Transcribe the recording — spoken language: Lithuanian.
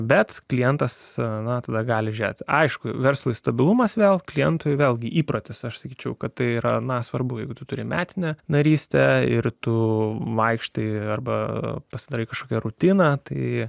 bet klientas a na tva gali žiūrėt bet aišku verslui stabilumas gal klientui vėlgi įprotis aš sakyčiau kad tai yra na svarbu jeigu tu turi metinę narystę ir tu vaikštai arba pasidarai kažkokią rutiną tai